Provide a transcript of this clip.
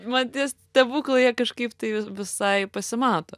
man tie stebuklai jie kažkaip tai vis visai pasimato